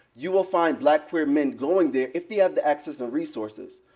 you will find black queer men going there, if they have the access and resources,